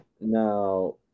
Now